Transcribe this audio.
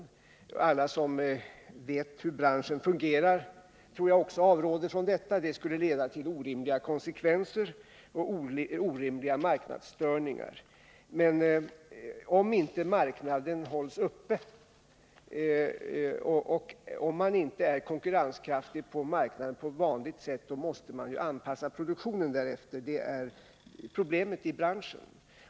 Och jag tror att alla som vet hur branschen fungerar också avråder från detta. Det skulle leda till orimliga konsekvenser och orimliga marknadsstörningar. Men om marknaden inte hålls uppe och om man inte är konkurrenskraftig på marknaden på vanligt sätt, måste man anpassa produktionen därefter. Det är problemet i branschen.